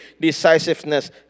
decisiveness